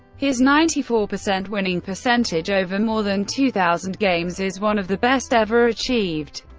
his ninety four percent winning percentage over more than two thousand games is one of the best ever achieved.